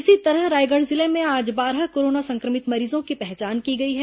इसी तरह रायगढ़ जिले में आज बारह कोरोना संक्रमित मरीजों की पहचान की गई है